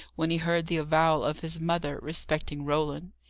when he heard the avowal of his mother, respecting roland.